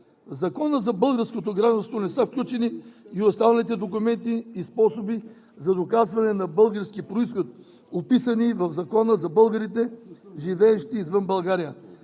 Закона за българското гражданство не са включени и останалите документи и способи за доказване на български произход, описани в Закона за българите, живеещи извън България,